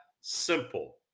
simple